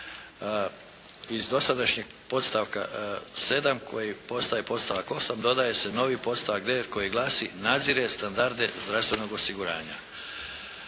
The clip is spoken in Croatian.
Iz dosadašnjeg podstavka 7. koji postaje podstavak 8. dodaje se novi podstavak 9. koji glasi: "nadzire standarde zdravstvenog osiguranja".